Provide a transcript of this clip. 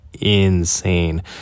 insane